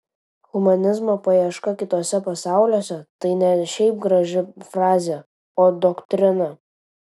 humanizmo paieška kituose pasauliuose tai ne šiaip graži frazė o doktrina